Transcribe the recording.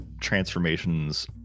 transformations